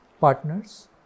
partners